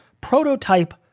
prototype